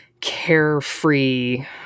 carefree